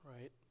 right